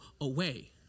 away